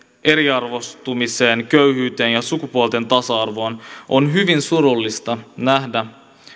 eriarvoistumiseen köyhyyteen ja sukupuolten tasa arvoon on hyvin surullista nähdä